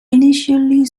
initially